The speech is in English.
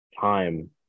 time